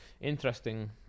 interesting